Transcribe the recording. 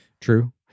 True